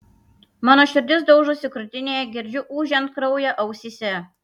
mano širdis daužosi krūtinėje girdžiu ūžiant kraują ausyse